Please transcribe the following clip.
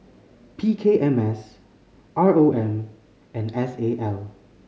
P K M S R O M and S A L